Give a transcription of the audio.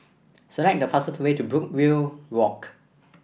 select the fastest way to Brookvale Walk